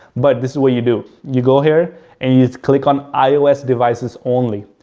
but this is what you do. you go here and you click on ios devices only.